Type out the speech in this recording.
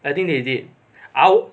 I think they did I'll